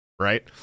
right